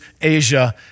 Asia